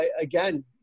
again